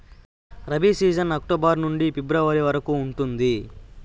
rabi season October నుండి February వరకు ఉంటుంది